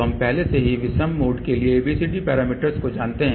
तो हम पहले से ही विषम मोड के लिए ABCD पैरामीटर्स को जानते हैं